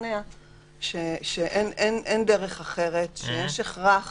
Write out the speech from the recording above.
תשתכנע שאין דרך אחרת ויש הכרח